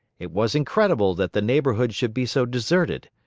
it was incredible that the neighborhood should be so deserted.